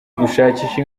gushakisha